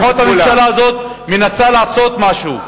לפחות הממשלה הזאת מנסה לעשות משהו,